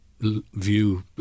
view